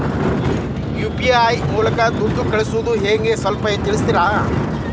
UPI ಮೂಲಕ ದುಡ್ಡು ಕಳಿಸೋದ ಹೆಂಗ್ ಅಂತ ಸ್ವಲ್ಪ ತಿಳಿಸ್ತೇರ?